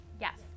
Yes